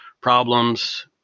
problems